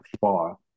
far